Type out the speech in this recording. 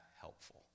helpful